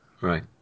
Right